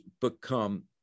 become